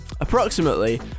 Approximately